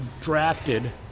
drafted